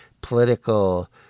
political